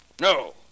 No